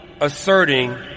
asserting